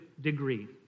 degree